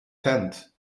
tent